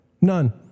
None